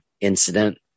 incident